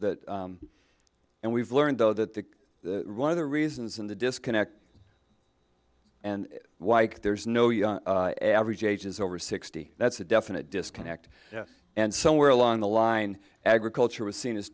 that and we've learned though that one of the reasons in the disconnect and why there's no young average age is over sixty that's a definite disconnect and somewhere along the line agriculture was seen as